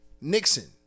Nixon